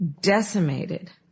decimated